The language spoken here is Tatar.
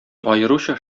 аеруча